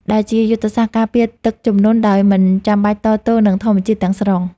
ដែលជាយុទ្ធសាស្ត្រការពារទឹកជំនន់ដោយមិនចាំបាច់តទល់នឹងធម្មជាតិទាំងស្រុង។